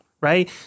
right